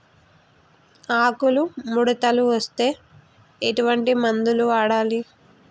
ఆకులు ముడతలు వస్తే ఎటువంటి మందులు వాడాలి?